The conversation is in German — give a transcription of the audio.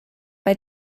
bei